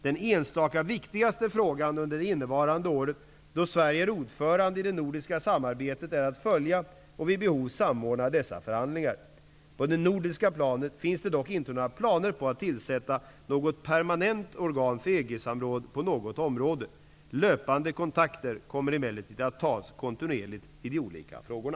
Den enstaka viktigaste frågan under det innevarande året då Sverige är ordförande i det nordiska samarbetet är att följa och vid behov samordna dessa förhandlingar. På det nordiska planet finns det dock inte några planer på att tillsätta något permanent organ för EG-samråd på något område. Löpande kontakter kommer emellertid att kontinuerligt tas i de olika frågorna.